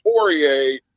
Poirier